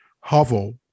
hovel